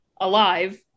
alive